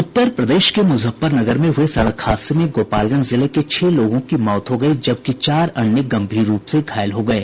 उत्तर प्रदेश के मुजफ्फरनगर में हुए सड़क हादसे में गोपालगंज जिले के छह लोगों की मौत हो गयी जबकि चार अन्य गंभीर रूप से घायल हो गये